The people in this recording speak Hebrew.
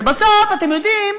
ובסוף, אתם יודעים,